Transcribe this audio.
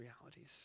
realities